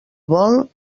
vol